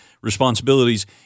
responsibilities